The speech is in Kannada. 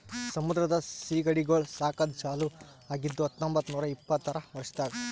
ಸಮುದ್ರದ ಸೀಗಡಿಗೊಳ್ ಸಾಕದ್ ಚಾಲೂ ಆಗಿದ್ದು ಹತೊಂಬತ್ತ ನೂರಾ ಇಪ್ಪತ್ತರ ವರ್ಷದಾಗ್